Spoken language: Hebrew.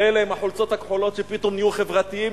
ואלה עם החולצות הכחולות שפתאום נהיו חברתיים,